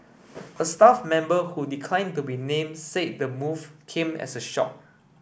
a staff member who declined to be named said the move came as a shock